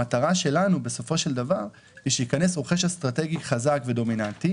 המטרה שלנו בסופו של דבר היא שייכנס רוכש אסטרטגי חזק ודומיננטי